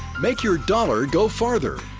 make your dollar go farther.